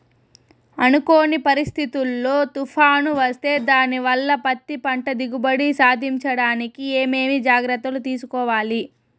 అనుకోని పరిస్థితుల్లో తుఫాను వస్తే దానివల్ల పత్తి పంట దిగుబడి సాధించడానికి ఏమేమి జాగ్రత్తలు తీసుకోవాలి?